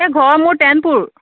ঘৰ মোৰ টেনপুৰ